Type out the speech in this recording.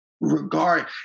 regard